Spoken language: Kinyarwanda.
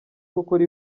gukora